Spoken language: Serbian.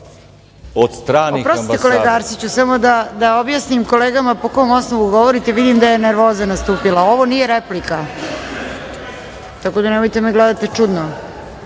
od stranih ambasada…